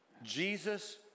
Jesus